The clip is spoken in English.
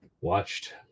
watched